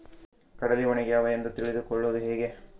ಕಡಲಿ ಒಣಗ್ಯಾವು ಎಂದು ತಿಳಿದು ಕೊಳ್ಳೋದು ಹೇಗೆ?